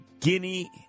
Guinea